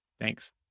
Thanks